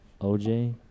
OJ